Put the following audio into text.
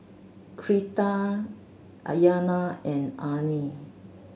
Cleta Ayana and Arne